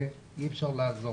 אי אפשר לעזור לו.